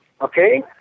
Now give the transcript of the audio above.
okay